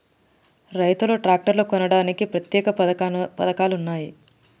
రైతులు ట్రాక్టర్లు కొనడానికి ప్రత్యేక పథకాలు ఉన్నయా?